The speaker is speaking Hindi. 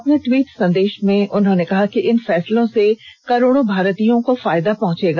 अपने टवीट संदेशों में उन्होंने कहा कि इन फैसलों से करोडो भारतीयो को फायदा पहचेगा